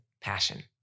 passion